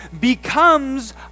becomes